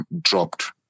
dropped